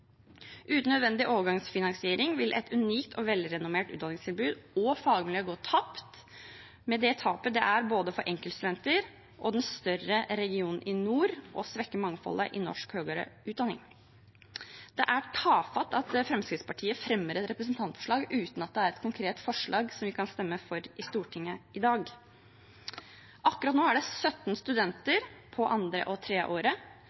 Uten en nødvendig overgangsfinansiering vil et unikt og velrennomert utdanningstilbud og fagmiljø gå tapt, med det tapet det er for både enkeltstudenter og den større regionen i nord, og svekke mangfoldet i norsk høyere utdanning. Det er tafatt at Fremskrittspartiet fremmer et representantforslag uten at det er et konkret forslag som vi kan stemme for i Stortinget i dag. Akkurat nå er det 17 studenter på andre og tredje året.